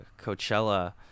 Coachella